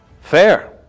fair